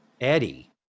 Eddie